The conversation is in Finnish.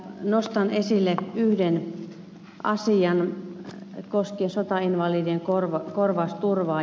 nostan esille yhden asian koskien sotainvalidien korvausturvaa